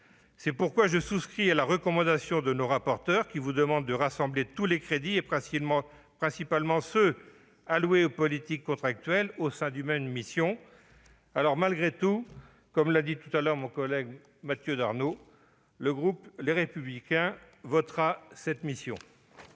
C'est pourquoi je souscris à la recommandation de nos rapporteurs, qui vous demandent de rassembler tous les crédits, et principalement ceux alloués aux politiques contractuelles, au sein d'une même mission. Malgré tout, comme l'a dit mon collègue Mathieu Darnaud, les élus du groupe Les Républicains voteront les